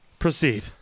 Proceed